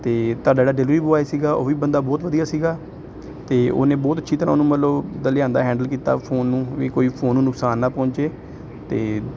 ਅਤੇ ਤੁਹਾਡਾ ਜਿਹੜਾ ਡਿਲਿਵਰੀ ਬੋਆਏ ਸੀਗਾ ਉਹ ਵੀ ਬੰਦਾ ਬਹੁਤ ਵਧੀਆ ਸੀਗਾ ਅਤੇ ਉਹਨੇ ਬਹੁਤ ਅੱਛੀ ਤਰ੍ਹਾਂ ਉਹਨੂੰ ਮਤਲਬ ਲਿਆਂਦਾ ਹੈਂਡਲ ਕੀਤਾ ਫੋਨ ਨੂੰ ਵੀ ਕੋਈ ਫੋਨ ਨੂੰ ਨੁਕਸਾਨ ਨਾ ਪਹੁੰਚੇ ਅਤੇ